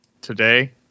today